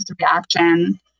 reaction